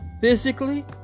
physically